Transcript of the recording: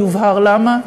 יובהר למה.